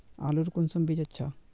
आलूर कुंसम बीज अच्छा?